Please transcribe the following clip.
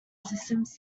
systems